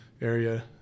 area